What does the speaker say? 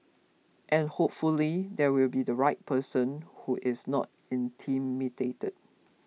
and hopefully there will be the right person who is not intimidated